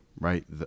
right